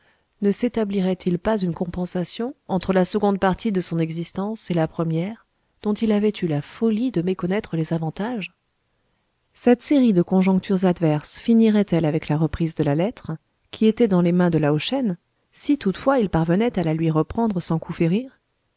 ne sétablirait il pas une compensation entre la seconde partie de son existence et la première dont il avait eu la folie de méconnaître les avantages cette série de conjonctures adverses finirait elle avec la reprise de la lettre qui était dans les mains de lao shen si toutefois il parvenait à la lui reprendre sans coup férir